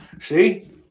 See